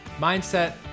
mindset